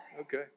Okay